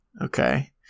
okay